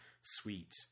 sweet